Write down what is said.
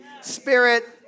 Spirit